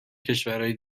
کشورای